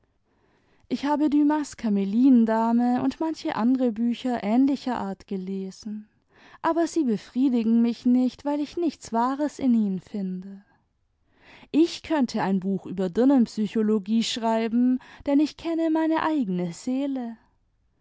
ich habe dumas kameliendame und manche andere bücher ähnlicher art gelesen aber sie befriedigen mich nicht weil ich nichts wahres in ihnen finde ich könnte ein buch über dimenpsychologie schreiben denn ich kenne meine eigene seele